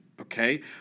Okay